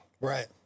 Right